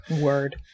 word